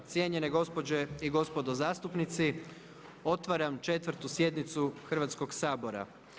Cijenjene gospođo i gospodo zastupnici, otvaram 4. sjednicu Hrvatskog sabora.